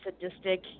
sadistic